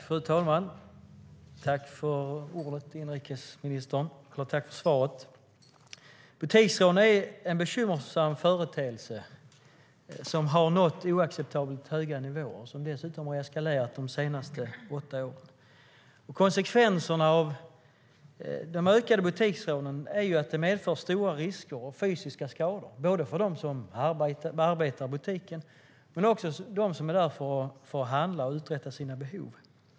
Fru talman! Tack för svaret, inrikesministern! Butiksrån är en bekymmersam företeelse som har nått oacceptabelt höga nivåer. Det har dessutom eskalerat under de senaste åtta åren. De ökade butiksrånen medför stora risker för fysiska skador både för dem som arbetar i butiken och för dem som är där för att handla och uträtta sina ärenden.